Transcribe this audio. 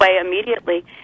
immediately